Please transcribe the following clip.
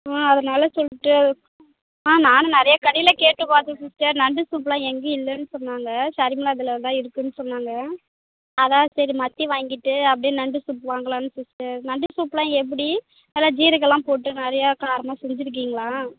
ஆ அதனால் சொல்லிட்டு அது ஆ நானும் நிறையா கடையில் கேட்டு பார்த்தேன் சிஸ்டர் நண்டு சூப்லாம் எங்கேயும் இல்லைன்னு சொன்னாங்க சர்மிளா இதில் தான் இருக்குன்னு சொன்னாங்க அதான் சரி மத்தி வாங்கிட்டு அப்படியே நண்டு சூப் வாங்கலாம்னு சிஸ்டர் நண்டு சூப்லாம் எப்படி நல்லா ஜீரகம்லாம் போட்டு நிறையா காரமாக செஞ்சிருக்கீங்களா